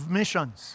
missions